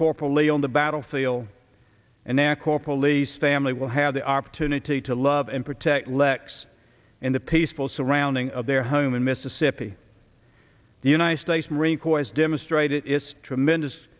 corporally on the battlefield and their core police family will have the opportunity to love and protect lex in the peaceful surrounding of their home in mississippi the united states marine corps demonstrate its tremendous